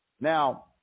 Now